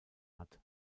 hat